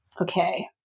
Okay